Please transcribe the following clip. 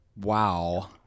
Wow